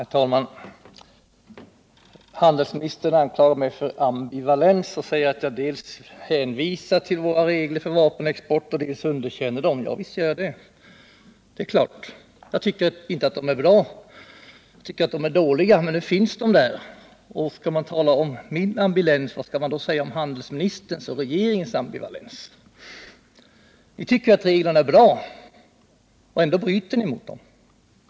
Herr talman! Handelsministern anklagar mig för ambivalens och säger att jag dels hänvisar till våra regler för vapenexport, dels underkänner dem. Ja, visst gör jag det, det är klart! Jag tycker inte att de är bra. Jag tycker att de är dåliga, men nu finns de där. Men skall man tala om min ambivalens, vad skall man då säga om handelsministerns och om regeringens ambivalens? Ni tycker ju att reglerna är bra — men ändå bryter ni ju mot dem.